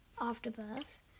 Afterbirth